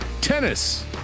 Tennis